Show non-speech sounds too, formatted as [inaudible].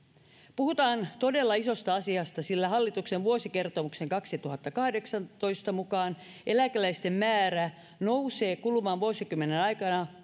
puhutaan todella isosta asiasta sillä hallituksen vuosikertomuksen kaksituhattakahdeksantoista mukaan eläkeläisten määrä nousee kuluvan vuosikymmenen aikana [unintelligible]